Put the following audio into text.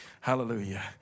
Hallelujah